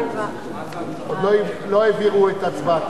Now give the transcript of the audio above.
עוד לא העבירו את הצבעתי.